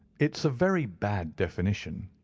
it's a very bad definition,